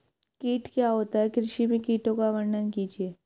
कीट क्या होता है कृषि में कीटों का वर्णन कीजिए?